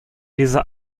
dieser